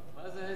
מה זה האצבע?